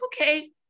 okay